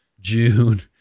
June